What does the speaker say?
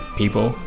people